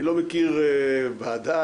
אני לא מכיר ועדה,